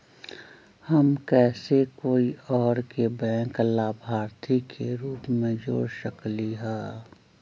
हम कैसे कोई और के बैंक लाभार्थी के रूप में जोर सकली ह?